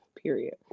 period